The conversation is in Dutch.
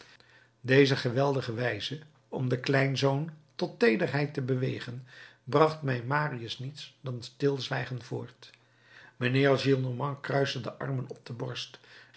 deze geweldige wijze om den kleinzoon tot teederheid te bewegen bracht bij marius niets dan stilzwijgen voort mijnheer gillenormand kruiste de armen op de borst